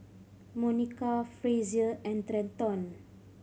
Monica Frazier and Trenton